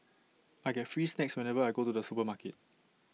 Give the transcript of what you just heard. I get free snacks whenever I go to the supermarket